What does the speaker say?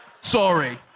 Sorry